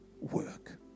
work